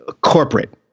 corporate